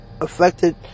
affected